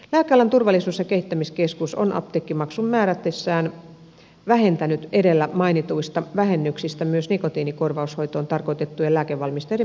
lääkealan turvallisuus ja kehittämiskeskus on apteekkimaksun määrätessään vähentänyt edellä mainituista vähennyksistä myös nikotiinikorvaushoitoon tarkoitettujen lääkevalmisteiden myynnin arvon